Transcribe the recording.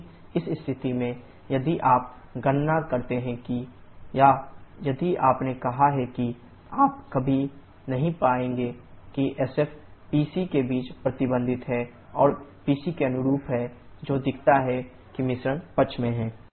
लेकिन इस स्थिति में यदि आप गणना करते हैं या यदि आपने कहा है कि आप कभी नहीं पाएंगे कि sf PC के बीच प्रतिबंधित है और PC के अनुरूप है जो दिखाता है कि मिश्रण पक्ष में है